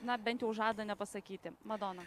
na bent jau žada nepasakyti madona